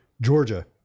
Georgia